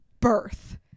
BIRTH